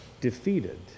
defeated